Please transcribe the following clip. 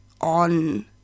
on